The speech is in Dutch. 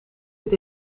het